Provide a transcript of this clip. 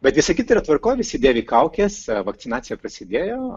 bet visa kita yra tvarkoj visi dėvi kaukes vakcinacija prasidėjo